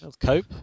cope